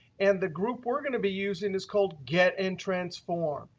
and the group we're going to be using is called get and transform.